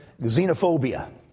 xenophobia